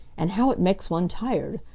and how it makes one tired.